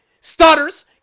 Stutters